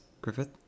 Griffith